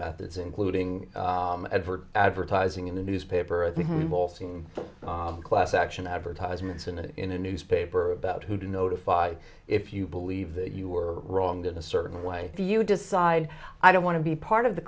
methods including advert advertising in the newspaper or the whole scene class action advertisements in a in a newspaper about who to notify if you believe that you were wronged in a certain way if you decide i don't want to be part of the